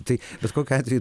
tai bet kokiu atveju